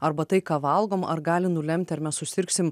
arba tai ką valgom ar gali nulemti ar mes susirgsim